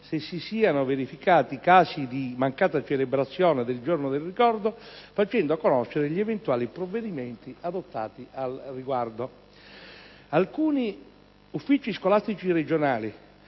se si siano verificati casi di mancata celebrazione del Giorno del ricordo, facendo conoscere gli eventuali provvedimenti adottati al riguardo. Alcuni uffici scolastici regionali